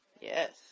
Yes